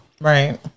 Right